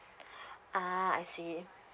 ah I see